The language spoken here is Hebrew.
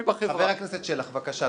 חבר הכנסת שלח, בבקשה.